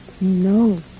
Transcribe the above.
No